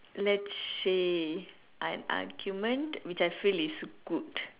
let's say I'm I'm human which I feel is good